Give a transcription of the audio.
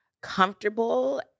comfortable